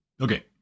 Okay